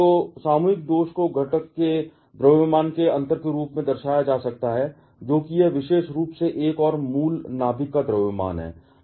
तो सामूहिक दोष को घटक के द्रव्यमान में अंतर के रूप में दर्शाया जा सकता है जो कि यह विशेष रूप से एक है और मूल नाभिक का द्रव्यमान है